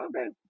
okay